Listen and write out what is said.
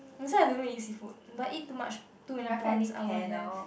that's why I don't eat seafood but eat too much too many prawns I will have